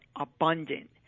abundant